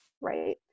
right